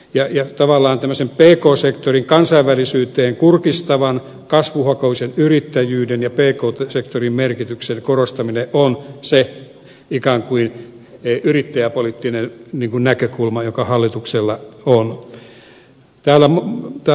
tavallaan tämmöisen pk sektorin kansainvälisyyteen kurkistavan kasvuhakuisen yrittäjyyden ja pk sektorin merkityksen korostaminen on se ikään kuin yrittäjäpoliittinen näkökulma joka hallituksella on